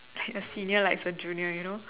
like a senior likes a junior you know